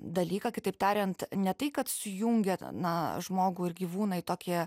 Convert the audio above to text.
dalyką kitaip tariant ne tai kad sujungia na žmogų ir gyvūną į tokį